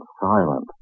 silent